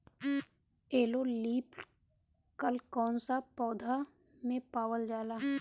Yellow leaf curl कौन सा पौधा में पावल जाला?